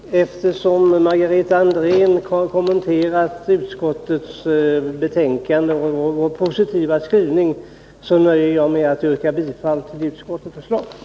Herr talman! Eftersom Margareta Andrén har kommenterat utskottets betänkande och dess positiva skrivning nöjer jag mig med att yrka bifall till utskottets hemställan.